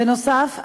בנוסף,